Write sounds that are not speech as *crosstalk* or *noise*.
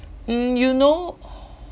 mm you know *breath*